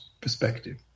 perspective